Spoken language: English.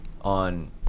on